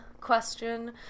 question